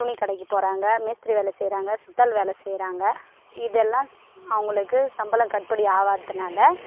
துணி கடைக்கு போகறாங்க மேஸ்த்ரி வேலை செய்யறாங்க சித்தாள் வேலை செய்யறாங்க இதெல்லாம் அவங்களுக்கு சம்பளம் கட்டுபடி ஆவாததுனால